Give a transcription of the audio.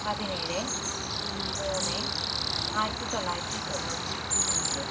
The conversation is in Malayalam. പതിനേഴ് മൂന്ന് ആയിരത്തിത്തൊള്ളായിരത്തി തൊണ്ണൂറ്റി അഞ്ച്